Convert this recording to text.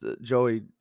Joey